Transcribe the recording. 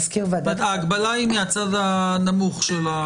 ההגבלה היא מהצד הנמוך של הגיל.